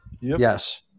Yes